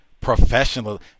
Professional